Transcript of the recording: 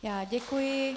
Já děkuji.